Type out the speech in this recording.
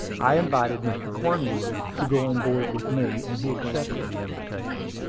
i invited mr. cornwood to go on board with me, and he accepted the invitation.